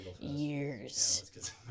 years